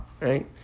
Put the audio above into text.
right